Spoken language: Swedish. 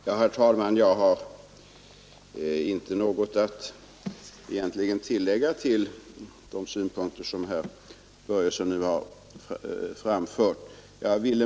Torsdagen den Herr talman! Jag har egentligen inte något att tillägga till de 23 november 1972 synpunkter som herr Börjesson i Falköping nu har framfört.